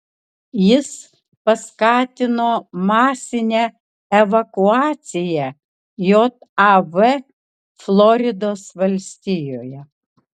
jis paskatino masinę evakuaciją jav floridos valstijoje